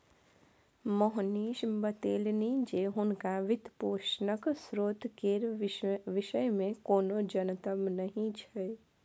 मोहनीश बतेलनि जे हुनका वित्तपोषणक स्रोत केर विषयमे कोनो जनतब नहि छै